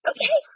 Okay